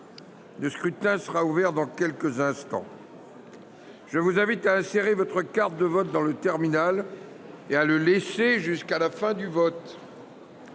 Le scrutin sera ouvert dans quelques instants. Je vous invite à insérer votre carte de vote dans le terminal et à l’y laisser jusqu’au vote.